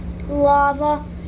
lava